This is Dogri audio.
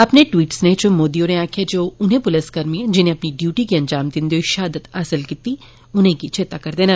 अपने ट्वीट सनेह च मोदी होरें आक्खेया जे ओ उनें पुलसकर्मियें जिनें अपनी ड्यूटी गी अंजाम दिन्दे होई शहादत हासल कीती उनेंगी चेता करदे न